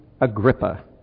Agrippa